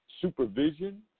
supervision